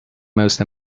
most